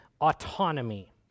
autonomy